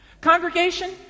Congregation